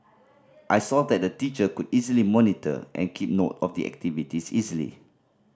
I saw that the teacher could easily monitor and keep note of the activities easily